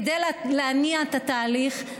כדי להניע את התהליך,